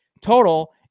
total